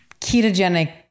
ketogenic